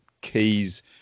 keys